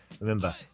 Remember